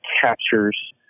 captures